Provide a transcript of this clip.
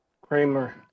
Kramer